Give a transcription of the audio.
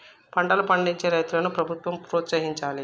పంటలు పండించే రైతులను ప్రభుత్వం ప్రోత్సహించాలి